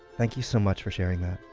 thank you so much for sharing that